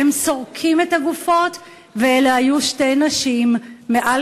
"הם סורקים את הגופות," אלה היו "שתי נשים מעל